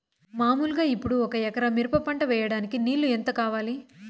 మామూలుగా ఇప్పుడు ఒక ఎకరా మిరప పంట వేయడానికి నీళ్లు ఎంత కావాలి?